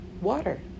water